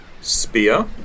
spear